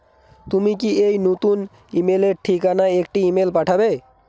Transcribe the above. তুমি কি এই নতুন ইমেলের ঠিকানায় একটি ইমেল পাঠাবে